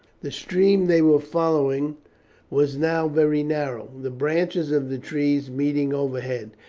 the stream they were following was now very narrow, the branches of the trees meeting overhead.